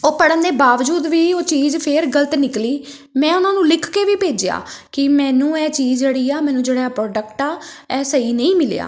ਉਹ ਪੜ੍ਹਨ ਦੇ ਬਾਵਜੂਦ ਵੀ ਉਹ ਚੀਜ਼ ਫਿਰ ਗ਼ਲਤ ਨਿਕਲੀ ਮੈਂ ਉਹਨਾਂ ਨੂੰ ਲਿਖ ਕੇ ਵੀ ਭੇਜਿਆ ਕਿ ਮੈਨੂੰ ਇਹ ਚੀਜ਼ ਜਿਹੜੀ ਆ ਮੈਨੂੰ ਜਿਹੜਾ ਪ੍ਰੋਡਕਟ ਆ ਇਹ ਸਹੀ ਨਹੀਂ ਮਿਲਿਆ